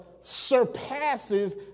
surpasses